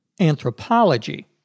anthropology